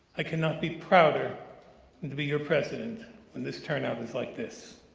i cannot be prouder than to be your president on this turnout just like this.